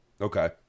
Okay